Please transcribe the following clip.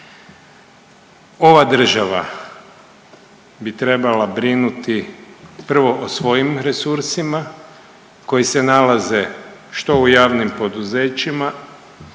Ova država bi trebala brinuti prvo o svojim resursima koji se nalaze što u javnim poduzećima,